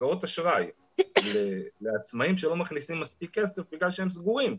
אשראי לעצמאים שלא מכניסים מספיק כסף בגלל שהם סגורים,